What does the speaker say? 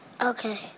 Okay